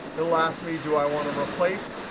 it'll ask me, do i want to replace?